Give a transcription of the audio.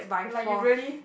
like you really